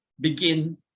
begin